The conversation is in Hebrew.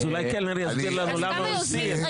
אז אולי קלנר יסביר לנו למה הוא הסיר.